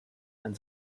ein